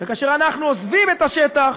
וכאשר אנחנו עוזבים את השטח,